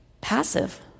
passive